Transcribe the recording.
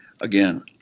Again